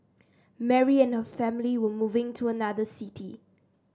Mary and her family were moving to another city